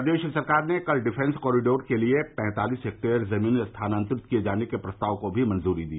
प्रदेश सरकार ने कल डिफ्स कॉरिडोर के लिए पैंतालीस हेक्टेयर जमीन स्थानांतरित किये जाने के प्रस्ताव को भी मंजूरी दी